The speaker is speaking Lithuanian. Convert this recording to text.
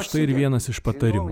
štai ir vienas iš patarimų